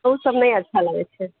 ओसभ नहि अच्छा लगैत छै